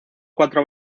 cuatro